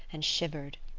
and shivered.